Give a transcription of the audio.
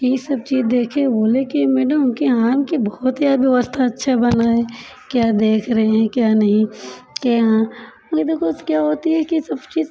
ये सब चीज देखे बोले कि मैडम कि आपके बहुत यार व्यवस्था अच्छा बना हे क्या देख रहे हैं क्या नहीं कहे हाँ हम कहे देखो क्या होती है कि सब चीज़